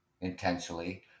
intentionally